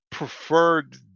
preferred